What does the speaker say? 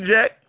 Jack